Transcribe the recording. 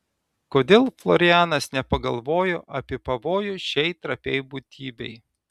kodėl florianas nepagalvojo apie pavojų šiai trapiai būtybei